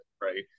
Right